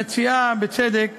המציעה טוענת בצדק